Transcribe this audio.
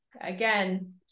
again